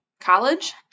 college